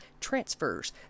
transfers